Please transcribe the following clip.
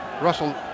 Russell